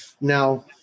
now